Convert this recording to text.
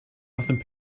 nothing